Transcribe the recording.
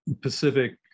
Pacific